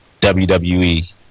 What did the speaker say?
WWE